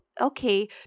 okay